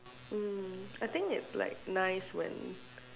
mm I think it's like nice when